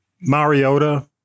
Mariota